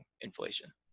inflation